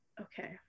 okay